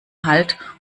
halt